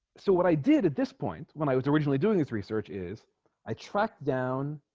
so what i did at this point when i was originally doing this research is i tracked down